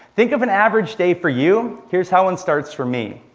think of an average day for you. here's how one starts for me.